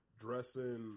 dressing